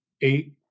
eight